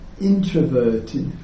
introverted